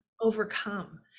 overcome